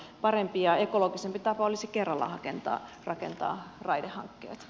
parempi ja ekologisempi tapa olisi kerralla rakentaa raidehankkeet